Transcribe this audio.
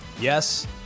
Yes